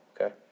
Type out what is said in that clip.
Okay